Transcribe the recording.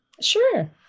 Sure